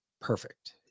Perfect